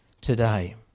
today